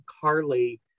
Carly